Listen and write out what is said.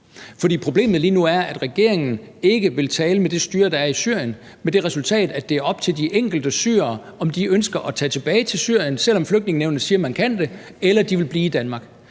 For problemet lige nu er, at regeringen ikke vil tale med det styre, der er i Syrien, med det resultat, at det er op til de enkelte syrere, om de ønsker at tage tilbage til Syrien, selv om Flygtningenævnet siger, at man kan det, eller om de vil blive i Danmark.